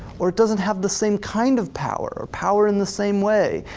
or it doesn't have the same kind of power, or power in the same way.